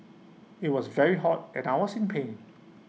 IT was very hot and I was in pain